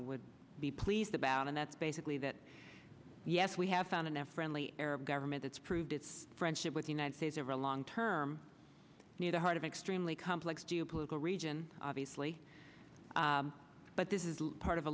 will be pleased about and that's basically that yes we have found an f readily arab government it's proved it's friendship with the united states over a long term near the heart of extremely complex geopolitical region obviously but this is part of a